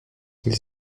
les